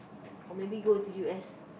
or maybe go to U_S